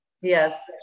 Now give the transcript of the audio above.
Yes